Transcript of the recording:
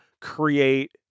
create